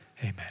Amen